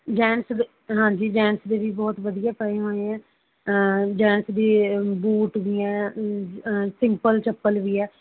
gents ਦੇ ਹਾਂਜੀ gents ਦੇ ਵੀ ਬਹੁਤ ਵਧੀਆ ਪਏ ਹੋਏ ਹੈ ਜੈਂਟਸ ਦੇ ਬੂਟ ਵੀ ਹੈ ਸਿੰਪਲ ਚੱਪਲ ਵੀ ਹੈ